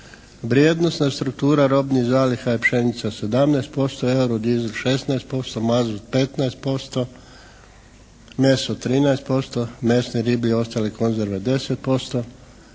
Vrijednosna struktura robnih zaliha je pšenica 17%, eurodizel 16%, mazut 15%, meso 13%, …/Govornik se ne razumije./… i ostale konzerve 10%,